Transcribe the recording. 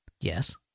Yes